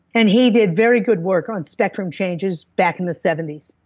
and he did very good work on spectrum changes back in the seventy s.